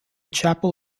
chapel